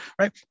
right